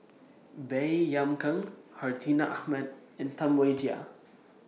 Baey Yam Keng Hartinah Ahmad and Tam Wai Jia